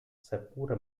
seppur